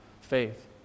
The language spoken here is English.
faith